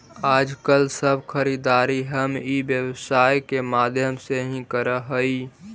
आजकल सब खरीदारी हम ई व्यवसाय के माध्यम से ही करऽ हई